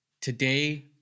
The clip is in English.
today